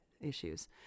issues